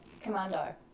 Commando